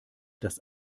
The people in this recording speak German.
das